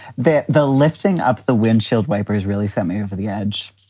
that the lifting up the windshield wipers really sent me over the edge.